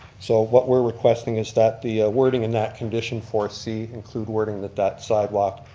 so what we're requesting is that the wording in that condition four c include wording that that side walk,